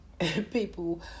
people